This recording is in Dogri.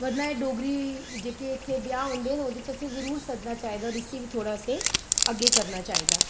वर्णा एह् डोगरी जेह्के इत्थै ब्याह् होंदे न ओह्दे च असें जरूर सद्दना चाहिदा इस्सी बी असें थोह्ड़ा अग्गै करना चाहिदा